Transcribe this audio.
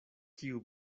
kiu